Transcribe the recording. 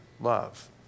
love